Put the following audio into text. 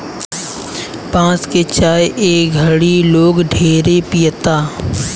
बांस के चाय ए घड़ी लोग ढेरे पियता